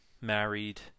married